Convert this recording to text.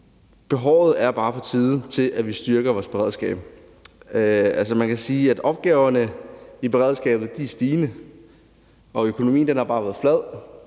behovet, bare på tide, at vi styrker vores beredskab. Man kan sige, at det i forhold til opgaverne i beredskabet er stigende, og at økonomien bare har været flad,